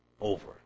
over